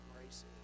grace